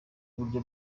uburyo